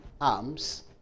arms